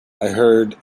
heard